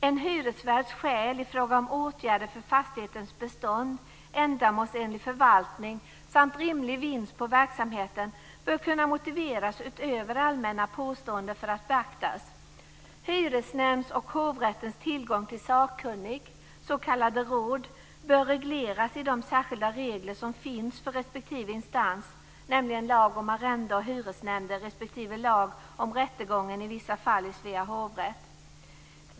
En hyresvärds skäl i fråga om åtgärder för fastighetens bestånd, ändamålsenlig förvaltning samt rimlig vinst på verksamheten bör kunna motiveras utöver allmänna påståenden för att beaktas. Hyresnämndens och hovrättens tillgång till sakkunnig, s.k. råd, bör regleras i de särskilda regler som finns för respektive instans, nämligen lag om arrendeoch hyresnämnder respektive lag om rättegången i vissa mål i Svea Hovrätt.